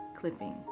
clipping